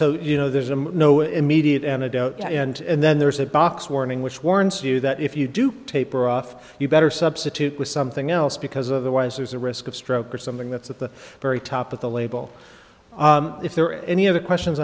so you know there's a no immediate antidote and then there's a box warning which warns you that if you do taper off you better substitute with something else because otherwise there's a risk of stroke or something that's at the very top of the label if there are any other questions